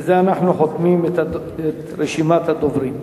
בזה אנחנו חותמים את רשימת הדוברים.